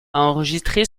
enregistré